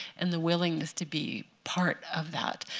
and the willingness to be part of that,